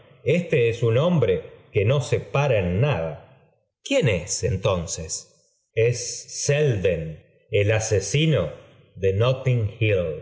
éste es un hombre que no se para en nada quién és entonces es selden el asesino de notting